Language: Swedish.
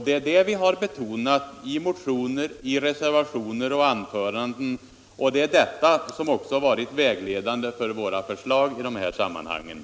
Det är detta vi har betonat i motioner, i reservationer och i anföranden, och det är detta som har varit vägledande för våra förslag i det här sammanhanget.